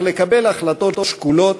אך לקבל החלטות שקולות,